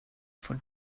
for